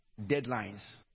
deadlines